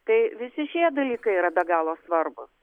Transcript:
tai visi šie dalykai yra be galo svarbūs